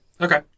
Okay